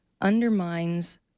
undermines